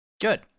Good